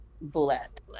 bullet